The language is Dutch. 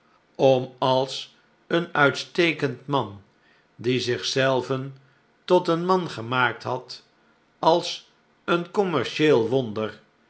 om als een uitstekend man die zich zel ven tot een man gemaakt had als een commercieel wonder